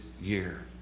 year